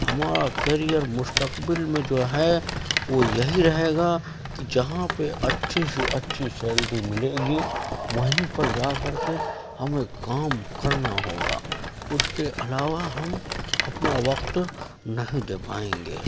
ہمارا کریئر مستقل میں جو ہے وہ یہی رہے گا کہ جہاں پہ اچھی سے اچھی سیلری ملے گی وہیں پہ جا کر کے ہمیں کام کرنا ہوگا اس کے علاوہ ہم اپنا وقت نہیں دے پائیں گے